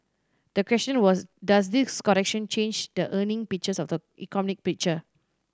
the question was does this correction change the earning picture or the economic picture